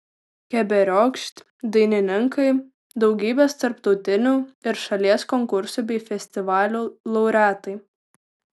keberiokšt dainininkai daugybės tarptautinių ir šalies konkursų bei festivalių laureatai